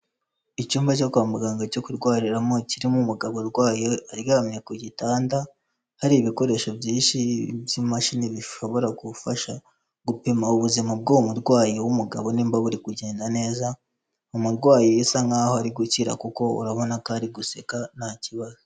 Icyumba cyo kwa muganga cyo kurwariramo kirimo umugabo urwaye aryamye ku gitanda hari ibikoresho byinshi by'imashini bishobora gufasha gupima ubuzima bw'uwo murwayi w'umugabo nimba buri kugenda neza umurwayi asa nkaho ari gukira kuko urabona ko ari guseka nta kibazo.